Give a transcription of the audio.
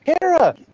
Kara